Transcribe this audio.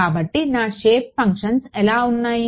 కాబట్టి నా shape functions ఎలా ఉన్నాయి